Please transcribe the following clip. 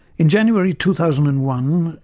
in january two thousand and one,